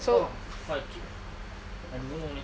oh how I keep ah I don't know leh